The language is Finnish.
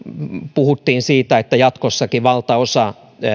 puhuttiin siitä että jatkossakin valtaosa